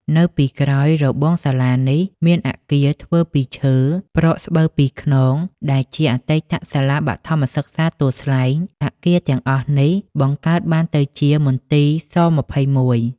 នៅពីក្រោយរបងសាលានេះ មានអគារធ្វើពីឈើប្រក់ស្បូវពីរខ្នង ដែលជា អតីតសាលាបឋមសិក្សាទួលស្លែង អគារទាំងអស់ នេះបង្កើតបានទៅជាមន្ទីរស-២១ ។